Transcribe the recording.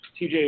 TJ